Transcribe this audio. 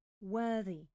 worthy